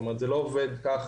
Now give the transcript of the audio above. כלומר זה לא עובד ככה,